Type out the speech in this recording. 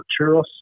churros